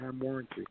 warranty